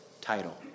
title